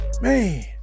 Man